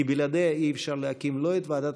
כי בלעדיה אי-אפשר להקים לא את ועדת